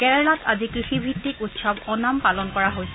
কেৰালাত আজি কৃষিভিত্তিক উৎসৱ অনাম পালন কৰা হৈছে